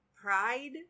Pride